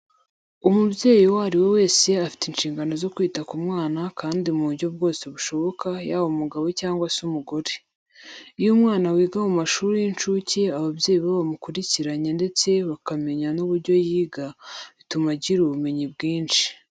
Umubyeyi uwo ari we wese afite inshingano zo kwita ku mwana kandi mu buryo bwose bushoboka yaba umugabo cyangwa se umugore. Iyo umwana wiga mu mashuri y'incuke ababyeyi be bamukurikiranye ndetse bakamenya n'uburyo yiga, bituma agira ubumenyi bwinshi.